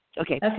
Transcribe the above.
Okay